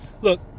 look